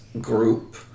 group